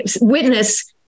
witness